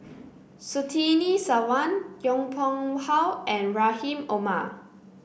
Surtini Sarwan Yong Pung How and Rahim Omar